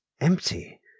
empty